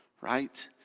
right